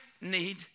need